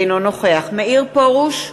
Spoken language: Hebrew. אינו נוכח מאיר פרוש,